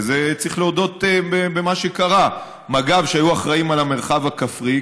וצריך להודות במה שקרה: מג"ב היו אחראים על המרחב הכפרי,